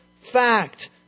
fact